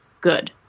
good